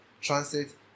transit